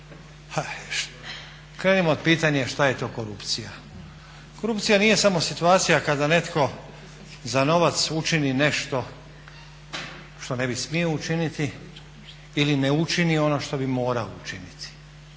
Krenimo od pitanja što je to korupcija? Korupcija nije samo situacija kada netko za novac učini nešto što ne bi smio učiniti ili ne učini ono što bi morao učiniti,